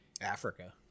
Africa